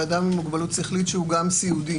לאדם עם מוגבלות שכלית שהוא גם סיעודי.